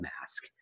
mask